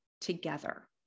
together